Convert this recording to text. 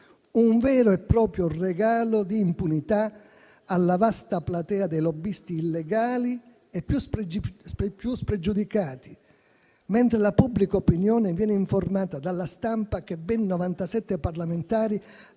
un vero e proprio regalo d'impunità alla vasta platea dei lobbisti illegali e più spregiudicati, mentre la pubblica opinione viene informata dalla stampa che ben 97 parlamentari